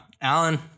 Alan